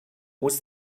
was